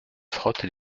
frotte